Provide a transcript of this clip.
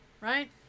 right